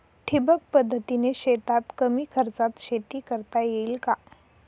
ठिबक पद्धतीने शेतात कमी खर्चात शेती करता येईल का?